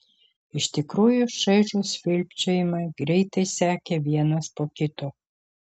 iš tikrųjų šaižūs švilpčiojimai greitai sekė vienas po kito